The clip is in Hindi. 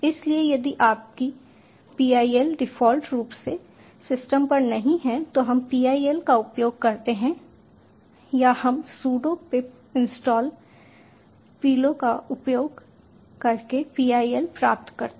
इसलिए यदि आपकी PIL डिफ़ॉल्ट रूप से सिस्टम पर नहीं है तो हम PIL का उपयोग करते हैं या हम सुडो पिप इंस्टॉल पीलो का उपयोग करके PIL प्राप्त करते हैं